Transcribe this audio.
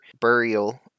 burial